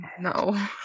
No